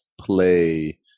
play